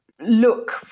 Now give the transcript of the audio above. look